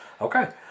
Okay